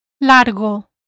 largo